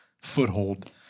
foothold